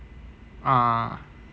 ah